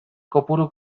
kopuru